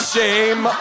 Shame